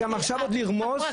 גם עכשיו עוד לרמוס?